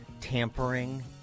tampering